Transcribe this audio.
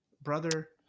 brother